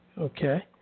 Okay